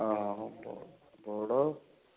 ହଁ ହଁ ହଉ ତ ଗୋଡ଼